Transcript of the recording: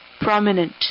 prominent